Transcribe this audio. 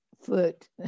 foot